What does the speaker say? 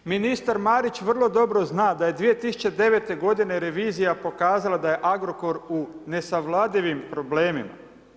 Ministar Marić vrlo dobro zna da je 2009. g revizija pokazala da je Agrokor u nesavladivim problemima.